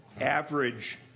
Average